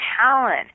talent